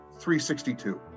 362